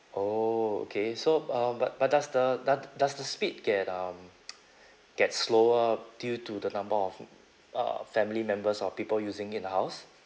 oh okay so um but but does the do~ does the speed get um get slower due to the number of uh family members or people using in the house